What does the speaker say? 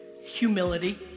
Humility